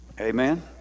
Amen